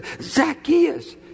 Zacchaeus